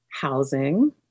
housing